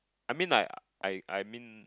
I mean like I I mean